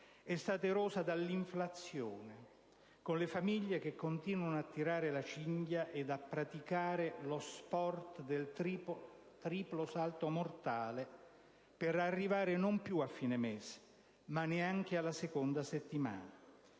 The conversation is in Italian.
è stata erosa dall'inflazione, con le famiglie che continuano a tirare la cinghia e a praticare il triplo salto mortale per arrivare, non più a fine mese, ma neanche alla seconda settimana.